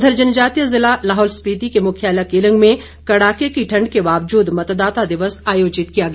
उधर जनजातीय जिला लाहौल स्पीति के मुख्यालय केलंग में कड़ाके ठंड के बावजूद मतदाता दिवस आयोजित किया गया